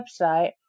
website